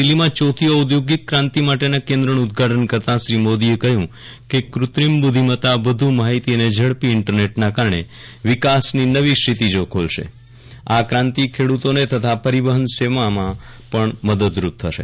દીલ્હીમાં ચોથી ઔદ્યોગિક ક્રાંતિ માટેના કેન્દ્રનું ઉદઘાટન કરતાં શ્રી મોદીએ કહ્યું કે કૃત્રિમ બુદ્ધિમત્તા વધુ માહીતી અને ઝડપી ઇન્ટરનેટના કારણે વિકાસની નવી ક્ષિતિજો ખુલશેન્ડ આ ક્રાંતિ ખેડૂતોને તથા પરિવહન સેવામાં પણ મદદરૂપ થશે